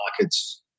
markets